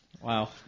Wow